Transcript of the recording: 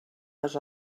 les